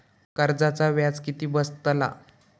कर्जाचा व्याज किती बसतला?